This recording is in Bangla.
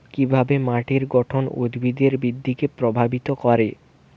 কিভাবে মাটির গঠন উদ্ভিদের বৃদ্ধিকে প্রভাবিত করে?